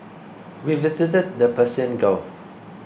we visited the Persian Gulf